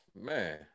Man